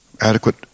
adequate